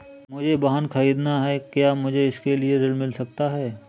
मुझे वाहन ख़रीदना है क्या मुझे इसके लिए ऋण मिल सकता है?